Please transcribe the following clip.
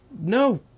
no